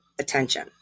attention